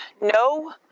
no